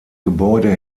gebäude